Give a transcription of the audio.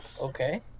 Okay